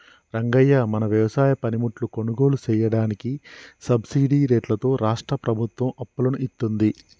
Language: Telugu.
రంగయ్య మన వ్యవసాయ పనిముట్లు కొనుగోలు సెయ్యదానికి సబ్బిడి రేట్లతో రాష్ట్రా ప్రభుత్వం అప్పులను ఇత్తుంది